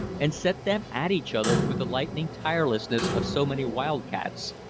and set them at each other with the lightning tirelessness of so many wild-cats,